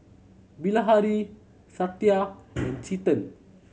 Bilahari Satya and Chetan